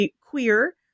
Queer